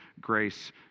grace